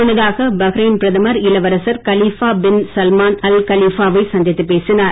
முன்னதாக பஹ்ரைன் பிரதமர் இளவரசர் Khalifa bin Salman Al Khalifa வையும் சந்தித்து பேசினார்